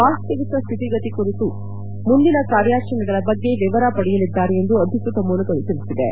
ವಾಸ್ತವಿಕ ಸ್ವಿತಿಗತಿ ಅರಿತು ಮುಂದಿನ ಕಾರ್ಯಾಚರಣೆಗಳ ಬಗ್ಗೆ ವರ ಪಡೆಯಲಿದ್ದಾರೆ ಎಂದು ಅಧಿಕೃತ ಮೂಲಗಳು ತಿಳಿಸಿವೆ